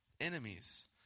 Enemies